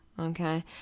okay